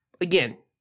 again